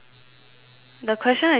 the question again sorry